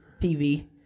TV